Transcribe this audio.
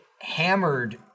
hammered